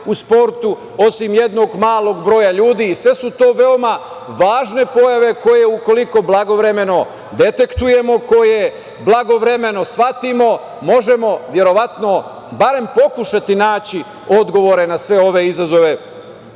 u sportu, osim jednog malog broja ljudi i sve su to veoma važne pojave koje ukoliko blagovremeno detektujemo, koje blagovremeno shvatimo možemo verovatno barem pokušati naći odgovore na sve ove izazove